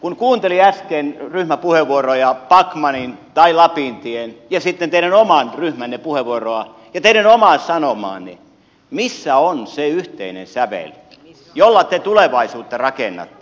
kun kuunteli äsken ryhmäpuheenvuoroja backmanin tai lapintien ja sitten teidän oman ryhmänne puheenvuoroa ja teidän omaa sanomaanne niin missä on se yhteinen sävel jolla te tulevaisuutta rakennatte